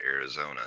Arizona